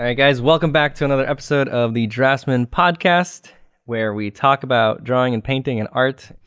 ah guys. welcome back to another episode of the draftsmen podcast where we talk about drawing and painting and art.